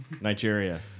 Nigeria